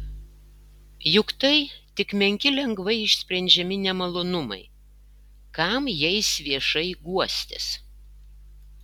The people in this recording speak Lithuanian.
juk tai tik menki lengvai išsprendžiami nemalonumai kam jais viešai guostis